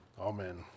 Amen